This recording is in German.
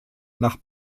nach